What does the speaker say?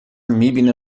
میبینه